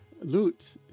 loot